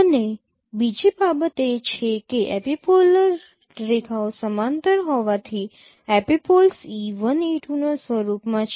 અને બીજી બાબત એ છે કે એપિપોલર રેખાઓ સમાંતર હોવાથી એપિપોલ્સ e1 e2 ના સ્વરૂપ માં છે